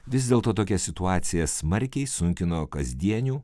vis dėlto tokia situacija smarkiai sunkino kasdienių